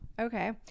okay